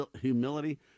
humility